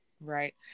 Right